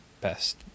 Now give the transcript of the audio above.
best